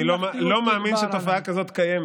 אני לא מאמין שתופעה כזאת קיימת.